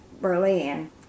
Berlin